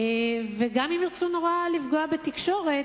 וגם אם ירצו נורא לפגוע בתקשורת,